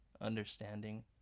understanding